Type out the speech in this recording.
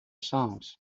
songs